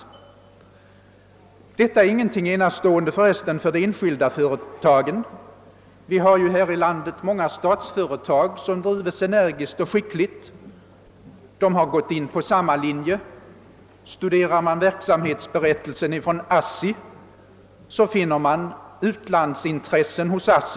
Detta är för övrigt inte något enastående för de enskilda företagen. Vi har här i landet många statsföretag som drives energiskt och skickligt och som även de har gått in på samma linje. Läser man ASSI:s verksamhetsberättelse skall man finna utlandsengagemang redovisade där.